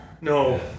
No